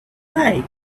like